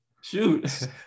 shoot